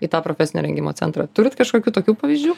į tą profesinio rengimo centrą turit kažkokių tokių pavyzdžių